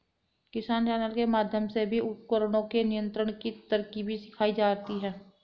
किसान चैनल के माध्यम से भी खरपतवारों के नियंत्रण की तरकीब सिखाई जाती है